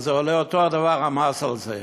זה, המס על זה,